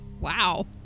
Wow